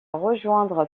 rejoindre